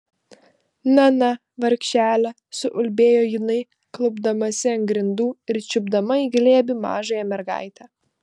na na vargšele suulbėjo jinai klaupdamasi ant grindų ir čiupdama į glėbį mažąją mergaitę